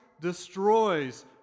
destroys